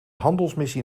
handelsmissie